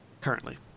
Currently